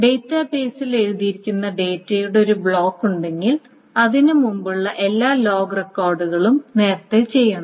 ഡാറ്റാബേസിൽ എഴുതിയിരിക്കുന്ന ഡാറ്റയുടെ ഒരു ബ്ലോക്ക് ഉണ്ടെങ്കിൽ അതിന് മുമ്പുള്ള എല്ലാ ലോഗ് റെക്കോർഡുകളും നേരത്തെ ചെയ്യണം